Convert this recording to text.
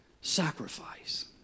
sacrifice